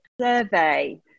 survey